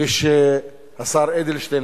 כשהשר אדלשטיין,